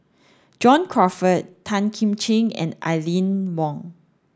John Crawfurd Tan Kim Ching and Aline Wong